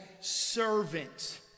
servant